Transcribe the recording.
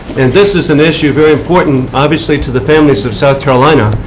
and this is an issue very important, obviously, to the families of south carolina,